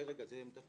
זה עמדת